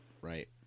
right